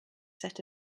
set